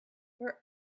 for